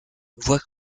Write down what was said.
voit